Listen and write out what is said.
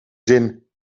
zin